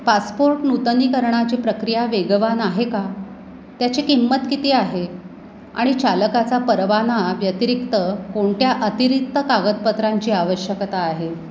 passport नूतनीकरणाची प्रक्रिया वेगवान आहे का त्याची किंमत किती आहे आणि चालकाचा परवाना व्यतिरिक्त कोणत्या अतिरिक्त कागदपत्रांची आवश्यकता आहे